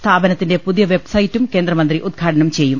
സ്ഥാപന ത്തിന്റെ പുതിയ വെബ്സൈറ്റും കേന്ദ്രമന്ത്രി ഉദ്ഘാടനം ചെയ്യും